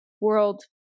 world